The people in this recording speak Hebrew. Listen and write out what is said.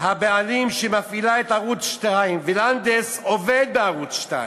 הבעלים שמפעילים את ערוץ 2, ולנדס עובד בערוץ 2,